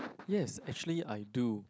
yes actually I do